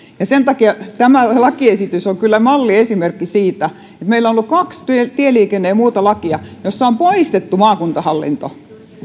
aika sen takia tämä lakiesitys on kyllä malliesimerkki siitä että meillä on ollut kaksi tieliikenne ja muuta lakia joissa on poistettu maakuntahallinto